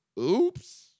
oops